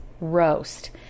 roast